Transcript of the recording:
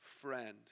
friend